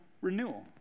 renewal